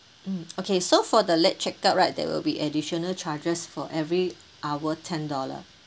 mm okay so for the late check out right there will be additional charges for every hour ten dollar